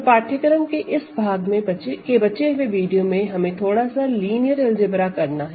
तो पाठ्यक्रम के इस भाग के बचे हुए वीडियो में हमें थोड़ा सा लिनियर अलजेब्रा करना है